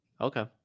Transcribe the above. Okay